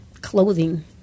clothing